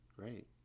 great